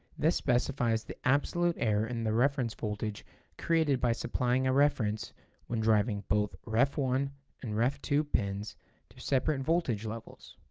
this specifies the absolute error in the reference voltage created by supplying a reference when driving both ref one and ref two pins to separate and voltage levels.